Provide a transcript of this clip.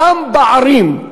גם בערים,